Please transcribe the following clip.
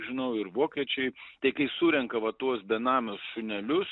žinau ir vokiečiai tai kai surenka va tuos benamius šunelius